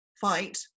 fight